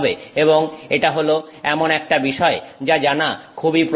এবং এটা হল এমন একটা বিষয় যা জানা খুবই প্রয়োজনীয়